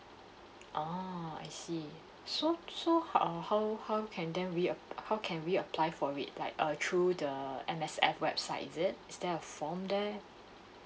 ah I see so so uh how how can then we uh how can we apply for it like uh through the M_S_F website is it is there a form there